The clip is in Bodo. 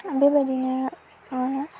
बेबायदिनो माहोनो